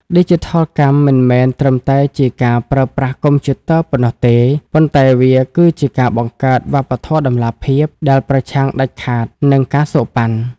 ឌីជីថលកម្មមិនមែនត្រឹមតែជាការប្រើប្រាស់កុំព្យូទ័រប៉ុណ្ណោះទេ ប៉ុន្តែវាគឺជាការបង្កើត "វប្បធម៌តម្លាភាព" ដែលប្រឆាំងដាច់ខាតនឹង ការសូកប៉ាន់។